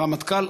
הרמטכ"ל,